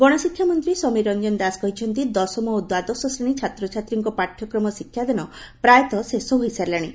ଗଣଶିକ୍ଷା ମନ୍ତୀ ସମୀର ରଞ୍ଚନ ଦାଶ କହିଛନ୍ତି ଦଶମ ଓ ଦ୍ୱାଦଶ ଶ୍ରେଶୀ ଛାତ୍ଛାତୀଙ୍ ପାଠ୍କ୍ମ ଶିକ୍ଷାଦାନ ପାୟତଃ ଶେଷ ହୋଇଆସିଲାଣି